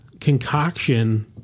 concoction